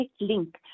link